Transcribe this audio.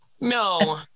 No